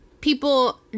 people